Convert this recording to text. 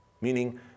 Meaning